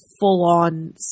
full-on